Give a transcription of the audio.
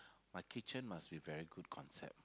my kitchen must be very good concept